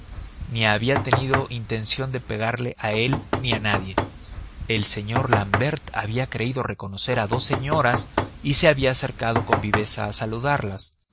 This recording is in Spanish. ni había tenido intención de pegarle a él ni a nadie el señor l'ambert había creído reconocer a dos señoras y se había acercado con viveza a saludarlas